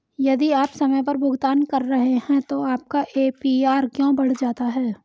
यदि आप समय पर भुगतान कर रहे हैं तो आपका ए.पी.आर क्यों बढ़ जाता है?